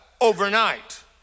overnight